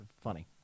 funny